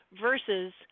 versus